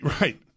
Right